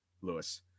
Lewis